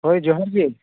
ᱦᱳᱭ ᱡᱚᱦᱟᱨ ᱜᱮ